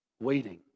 waiting